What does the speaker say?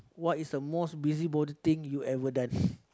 what is the most busybody thing you ever done